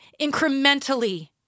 incrementally